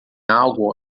algo